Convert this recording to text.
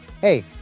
hey